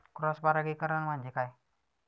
Cross परागीकरण म्हणजे काय?